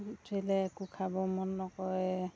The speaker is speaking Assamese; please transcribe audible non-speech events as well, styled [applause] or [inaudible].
[unintelligible] একো খাব মন নকৰে